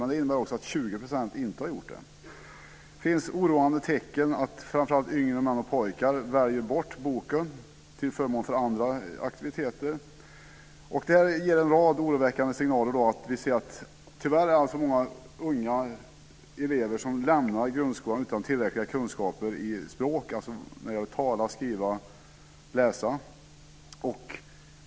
Men det innebär också att 20 % inte har gjort det. Det finns oroande tecken på att framför allt yngre män och pojkar väljer bort boken till förmån för andra aktiviteter. Det ger en rad oroväckande signaler när vi ser att det tyvärr är alltför många unga elever som lämnar grundskolan utan tillräckliga kunskaper i språk, alltså när det gäller att tala, skriva och läsa.